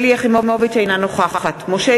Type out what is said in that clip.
אינה נוכחת משה